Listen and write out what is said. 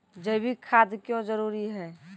जैविक खाद क्यो जरूरी हैं?